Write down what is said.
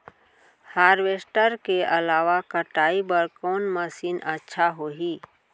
Harvester के अलावा कटाई बर कोन मशीन अच्छा होही?